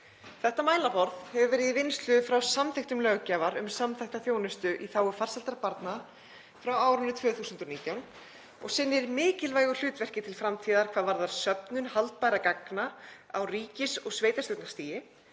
Þetta mælaborð hefur verið í vinnslu frá samþykktum löggjafar um samþætta þjónustu í þágu farsældar barna frá árinu 2019 og sinnir mikilvægu hlutverki til framtíðar hvað varðar söfnun haldbærra gagna á ríkis- og sveitarstjórnarstigi.